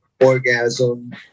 Orgasm